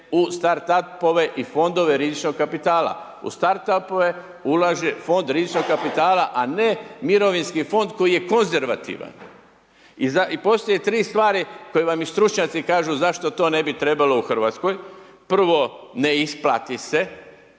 u Start apove i Fondove rizičkog kapitala. U Start apove ulaže Fond rizičnog kapitala, a ne Mirovinski fond koji je konzervativan. I postoje 3 stvari koje vam i stručnjaci kažu zašto to ne bi trebalo u RH, prvo ne isplati se,